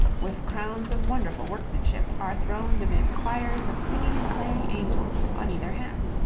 with crowns of wonderful workmanship, are throned amid choirs of singing and playing angels on either hand.